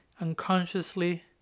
unconsciously